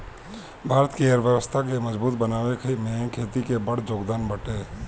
भारत के अर्थव्यवस्था के मजबूत बनावे में खेती के बड़ जोगदान बाटे